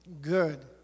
good